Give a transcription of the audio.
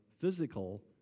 physical